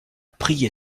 prié